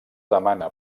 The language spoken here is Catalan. demana